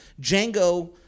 Django